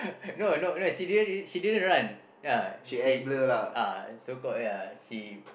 no no she didn't she didn't run ya she ah so called ya she